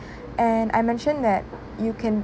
and I mentioned that you can